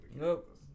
Nope